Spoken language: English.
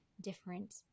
different